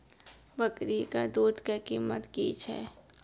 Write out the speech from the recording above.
बकरी के दूध के कीमत की छै?